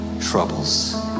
troubles